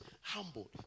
humbled